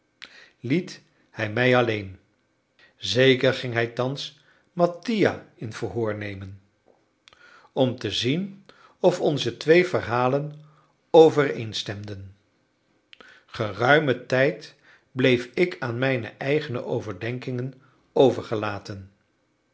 liet hij mij alleen zeker ging hij thans mattia in verhoor nemen om te zien of onze twee verhalen overeenstemden geruimen tijd bleef ik aan mijne eigene overdenkingen overgelaten